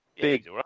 Big